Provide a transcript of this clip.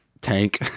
tank